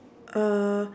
uh